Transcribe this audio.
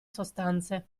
sostanze